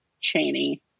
Cheney